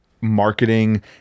marketing